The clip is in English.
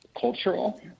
cultural